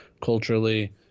culturally